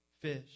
fish